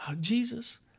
Jesus